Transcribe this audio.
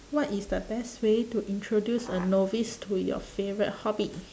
what is the best way to introduce a novice to your favourite hobby